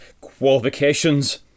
qualifications